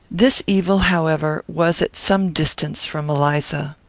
this evil, however, was at some distance from eliza.